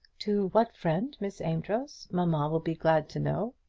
to what friend, miss amedroz? mamma will be glad to know.